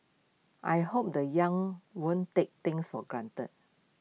I hope the young won't take things for granted